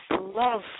love